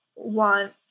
want